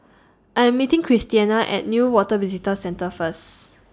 I Am meeting Christena At Newater Visitor Centre First